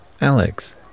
Alex